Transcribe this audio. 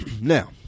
now